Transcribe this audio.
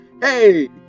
Hey